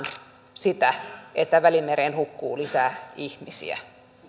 sitä että välimereen hukkuu lisää ihmisiä